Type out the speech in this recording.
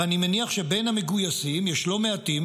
ואני מניח שבין המגויסים יש לא מעטים